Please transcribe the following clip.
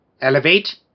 Elevate